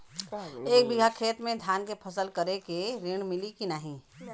एक बिघा खेत मे धान के फसल करे के ऋण मिली की नाही?